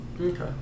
Okay